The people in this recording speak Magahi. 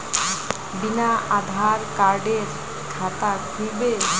बिना आधार कार्डेर खाता खुल बे?